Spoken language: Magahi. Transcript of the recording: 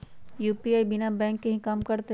यू.पी.आई बिना बैंक के भी कम करतै?